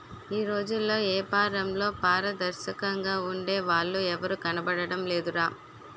ఈ రోజుల్లో ఏపారంలో పారదర్శకంగా ఉండే వాళ్ళు ఎవరూ కనబడడం లేదురా